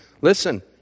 listen